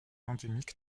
endémique